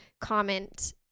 comment